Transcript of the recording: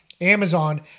Amazon